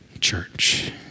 Church